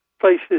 places